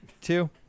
two